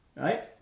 Right